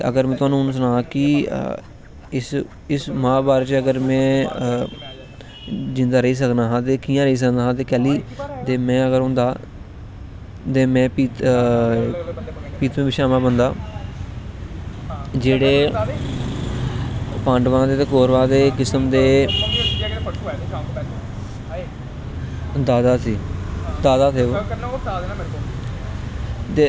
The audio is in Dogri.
तु तुसेंगी सनां इस महाभारत च में जिंदा रेही सकनां हा ते कैल्ली ते में अगर होंदा ते में भीश्मपितामह बंदा ते जेह्ड़े पांडवां दे ते कौरवां दे इक किस्म दे दादा हे ओह् ते